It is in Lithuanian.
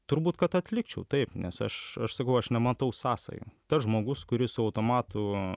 turbūt kad atlikčiau taip nes aš aš sakau aš nematau sąsajų tas žmogus kuris su automatu